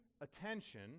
attention